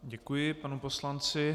Děkuji panu poslanci.